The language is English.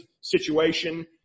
situation